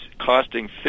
costing